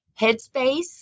headspace